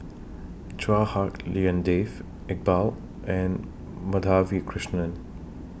Chua Hak Lien Dave Iqbal and Madhavi Krishnan